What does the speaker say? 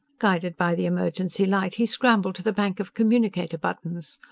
guided by the emergency light, he scrambled to the bank of communicator-buttons.